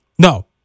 No